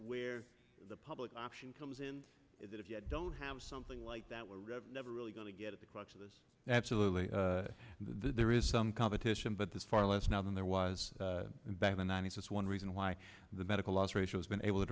where the public option comes in is that if you don't have something like that we're never really going to get at the crux of this absolutely there is some competition but this far less now than there was back in the ninety's that's one reason why the medical loss ratio has been able to